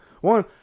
one